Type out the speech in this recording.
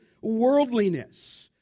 worldliness